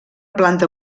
planta